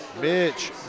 Mitch